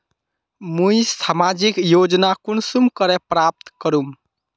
मुई सामाजिक योजना कुंसम करे प्राप्त करूम?